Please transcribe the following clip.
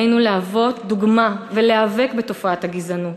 עלינו להוות דוגמה ולהיאבק בתופעת הגזענות,